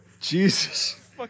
Jesus